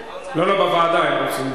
בוועדה הם רוצים.